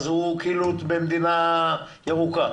אז הוא כאילו במדינה ירוקה.